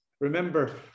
Remember